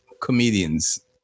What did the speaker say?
comedians